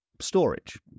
storage